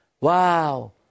Wow